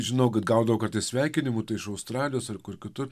žinau kad gaudavau kartais sveikinimų tai iš australijos ar kur kitur